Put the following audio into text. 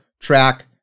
track